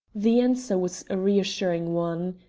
the answer was a reassuring one.